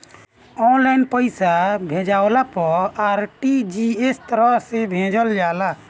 online पईसा भेजला पअ आर.टी.जी.एस तरह से भेजल जाला